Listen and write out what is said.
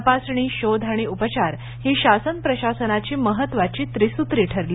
तपासणी शोध आणि उपचार ही शासन प्रशासनाची महत्त्वाची त्रिसूत्री ठरली